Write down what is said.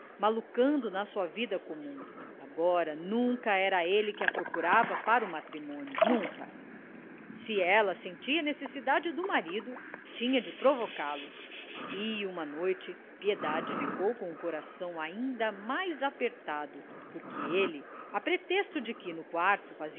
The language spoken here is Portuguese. malucando na sua vida comum agora nunca era ele que a procurava para o matrimônio nunca se ela sentia necessidade do marido tinha de provocá lo e uma noite piedade ficou com o coração ainda mais apertado porque ele a pretexto de que no quarto